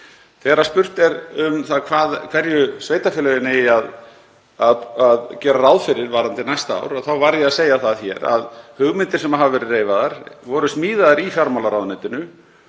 Þegar spurt er um það hverju sveitarfélögin eigi að gera ráð fyrir varðandi næsta ár þá var ég að segja það hér að hugmyndir sem hafa verið reifaðar voru smíðaðar í fjármálaráðuneytinu